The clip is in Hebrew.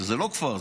זה לא כפר,